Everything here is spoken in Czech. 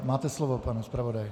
Máte slovo, pane zpravodaji.